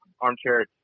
armchair